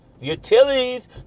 Utilities